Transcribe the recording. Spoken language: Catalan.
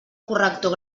corrector